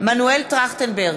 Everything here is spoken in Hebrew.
מנואל טרכטנברג,